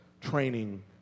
training